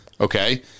okay